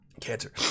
cancer